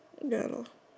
ya lah